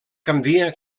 canvia